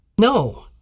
No